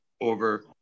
over